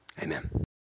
Amen